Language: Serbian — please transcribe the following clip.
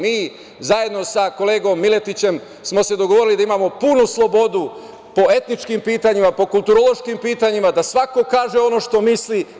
Mi smo se zajedno sa kolegom Miletićem dogovorili da imamo punu slobodu po etničkim pitanjima, po kulturološkim pitanjima, da svako kaže ono što misli.